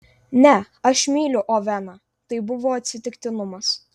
ne aš myliu oveną tai buvo atsitiktinumas